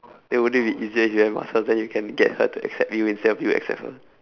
ya wouldn't be easier if you have muscles then you get her to accept you instead of you accept her